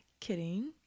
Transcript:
Kidding